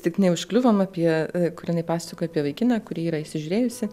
tik neužkliuvom apie kur jinai pasakoja apie vaikiną kurį yra įsižiūrėjusi